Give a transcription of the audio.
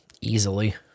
easily